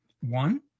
One